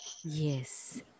Yes